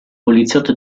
poliziotto